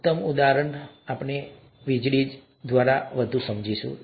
ઉત્તમ ઉદાહરણ વીજળી છે